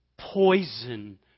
poison